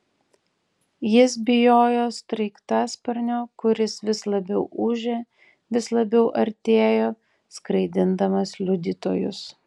jis bijojo sraigtasparnio kuris vis labiau ūžė vis labiau artėjo skraidindamas liudytojus